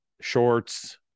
shorts